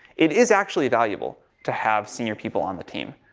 it is actually valuable to have senior people on the team.